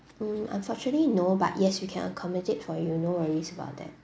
mm unfortunately no but yes we can accommodate for you no worries about that